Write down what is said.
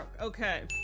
Okay